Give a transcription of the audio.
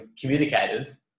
communicative